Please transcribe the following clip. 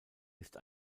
ist